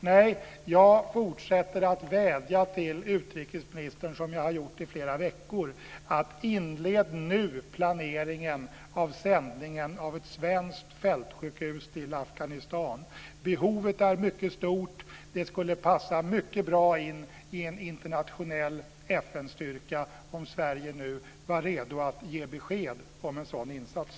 Nej, jag fortsätter att vädja till utrikesministern som jag har gjort i flera veckor: Inled nu planeringen av sändningen av ett svenskt fältsjukhus till Afghanistan! Behovet är mycket stort. Det skulle passa mycket bra in i en internationell FN-styrka om Sverige var redo att ge besked om en sådan insats.